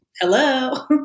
Hello